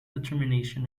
determination